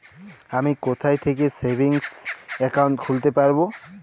আমি কোথায় থেকে সেভিংস একাউন্ট খুলতে পারবো?